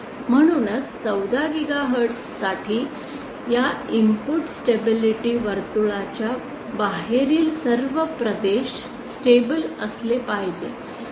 म्हणूनच 14 गिगाहर्ट्ज साठी या इनपुट स्टेबिलिटी वर्तुळ च्या बाहेरील सर्व प्रदेश स्टेबल असले पाहिजेत